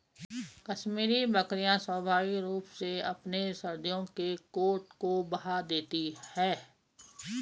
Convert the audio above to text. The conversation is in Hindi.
कश्मीरी बकरियां स्वाभाविक रूप से अपने सर्दियों के कोट को बहा देती है